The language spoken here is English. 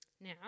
Now